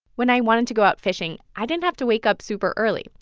when i wanted to go out fishing, i didn't have to wake up super early.